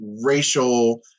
racial